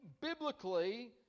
biblically